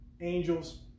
angels